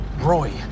Roy